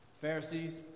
Pharisees